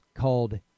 called